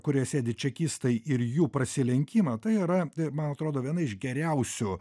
kurioj sėdi čekistai ir jų prasilenkimą tai yra ir man atrodo viena iš geriausių